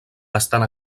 bastant